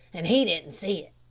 an' he didn't see it.